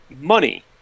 money